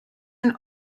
and